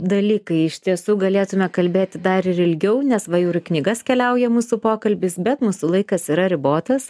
dalykai iš tiesų galėtume kalbėti dar ir ilgiau nes va jau ir į knygas keliauja mūsų pokalbis bet mūsų laikas yra ribotas